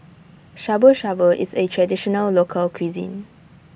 Shabu Shabu IS A Traditional Local Cuisine